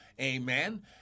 Amen